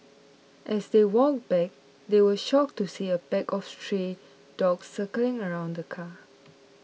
as they walked back they were shocked to see a pack of stray dogs circling around the car